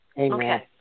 Amen